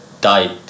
died